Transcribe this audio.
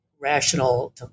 rational